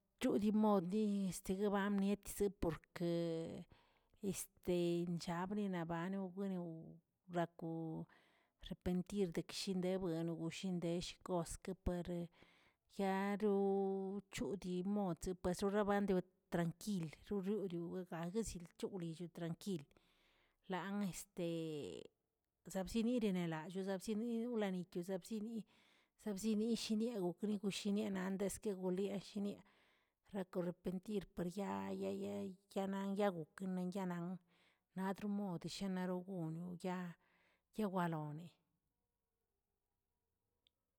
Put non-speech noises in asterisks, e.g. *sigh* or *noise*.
Chuu diimodi easte eguebammieste por que este chabni nabano winao rakoꞌw repentir deque shinde bueno gushindesh boskeꞌ pareꞌ yaroo ochiꞌdiimod chesexeban tranquil roriugaꞌ gaguezilchiꞌw'lill tranquil, lanꞌ *hesitation* zabzerinelalloo zabzeni zaulenikeꞌ zabzeni zabzenishnieꞌgokneꞌ gushiniaꞌ andeskegoliꞌ ashinia' rakorepentir per yaayee yeye yanaꞌ yangokənen yanan, nadr mod shanaragonoꞌ ya yawaloneꞌ.